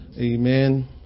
Amen